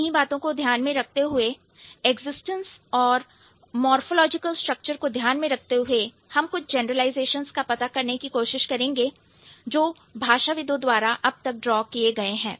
इन्हीं बातों को ध्यान में रखते हुए एक्जिस्टेंस और मोरफ़ोलॉजिकल स्ट्रक्चर को ध्यान में रखते हुए हम कुछ जनरलाइजेशंस का पता करने की कोशिश करेंगे जो भाषाविदों द्वारा अब तक ड्रॉ किए गए हैं